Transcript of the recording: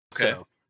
Okay